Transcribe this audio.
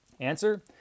answer